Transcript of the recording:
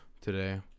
today